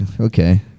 Okay